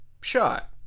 Shot